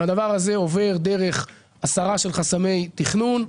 והדבר הזה עובר דרך הסרת חסמי תכנון,